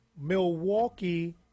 Milwaukee